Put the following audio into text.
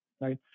right